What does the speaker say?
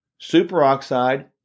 superoxide